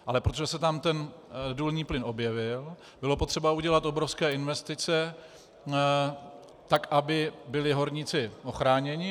Ale protože se tam důlní plyn objevil, bylo potřeba udělat obrovské investice, aby byli horníci ochráněni.